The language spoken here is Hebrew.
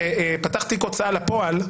פתח תיק הוצאה לפועל,